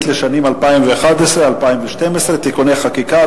לשנים 2011 ו-2012 (תיקוני חקיקה),